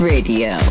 Radio